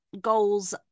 goals